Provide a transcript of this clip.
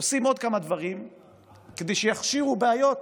עושים עוד כמה דברים כדי שיכשירו בעיות